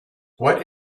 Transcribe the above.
what